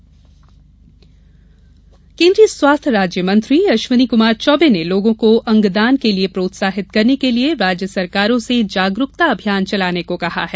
अंगदान दिवस केन्द्रीय स्वास्थ राज्य मंत्री अश्विनी कुमार चौबे ने लोगों को अंगदान के लिए प्रोत्साहित करने के लिए राज्य सरकारों से जागरूकता अभियान चलाने को कहा है